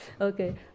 Okay